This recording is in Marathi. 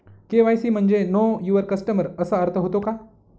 के.वाय.सी म्हणजे नो यूवर कस्टमर असा अर्थ होतो का?